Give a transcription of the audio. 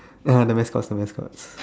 ya the mascots the mascots